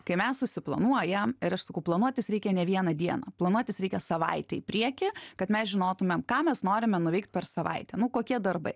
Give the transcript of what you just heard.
kai mes susiplanuojam ir aš sakau planuotis reikia ne vieną dieną planuotis reikia savaitę į priekį kad mes žinotumėm ką mes norime nuveikt per savaitę kokie darbai